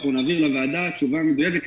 ואנחנו נעביר לוועדה תשובה מדויקת,